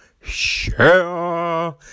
share